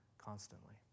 Constantly